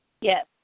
Yes